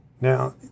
Now